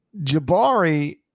Jabari